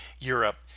Europe